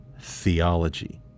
theology